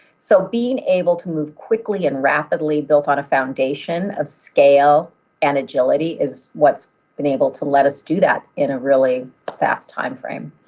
so being able to move quickly and rapidly built on a foundation of scale and agility is what's been able to let us do that in a really fast time frame.